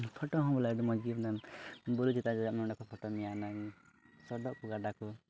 photo ᱦᱚᱸ ᱵᱚᱞᱮ ᱟᱹᱰᱤ ᱢᱚᱡᱽ ᱜᱮ ᱵᱚᱞᱮ ᱵᱩᱨᱩ ᱪᱮᱛᱟᱱ ᱨᱮ ᱫᱮᱡᱚᱜ ᱢᱮ ᱚᱸᱰᱮ ᱠᱚ ᱯᱷᱳᱴᱳ ᱢᱮᱭᱟ ᱦᱩᱱᱟᱹᱝ ᱥᱚᱰᱚᱜ ᱠᱚ ᱜᱟᱰᱟ ᱠᱚ